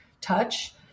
touch